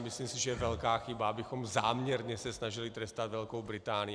Myslím si, že je velká chyba, abychom záměrně se snažili trestat Velkou Británii.